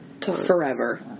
forever